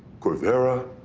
corvera,